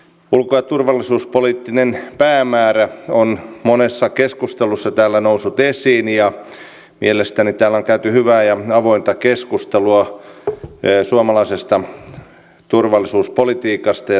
ulko ja turvallisuuspoliittinen päämäärä on monessa keskustelussa täällä noussut esiin ja mielestäni täällä on käyty hyvää ja avointa keskustelua suomalaisesta turvallisuuspolitiikasta ja sen tavoitteista